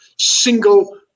single